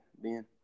Ben